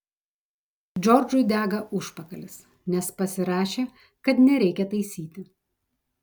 džordžui dega užpakalis nes pasirašė kad nereikia taisyti